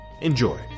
Enjoy